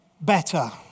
better